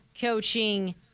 coaching